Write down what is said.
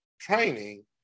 training